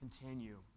continue